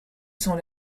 sont